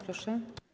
Proszę.